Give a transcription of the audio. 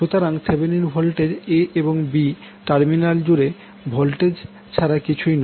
সুতরাং Thevenin voltage a এবং b terminal জুড়ে ভোল্টেজ ছাড়া কিছুই নয়